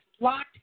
locked